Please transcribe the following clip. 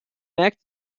back